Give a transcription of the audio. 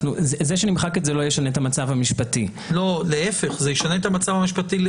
זה שנמחק את זה, לא ישנה את המצב המשפטי.